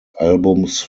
albums